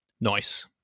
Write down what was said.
Nice